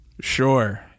Sure